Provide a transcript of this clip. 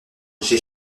j’ai